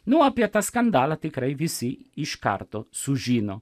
nu apie tą skandalą tikrai visi iš karto sužino